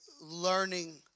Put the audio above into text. learning